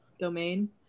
domain